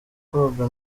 koga